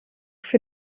für